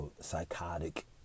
Psychotic